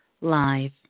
live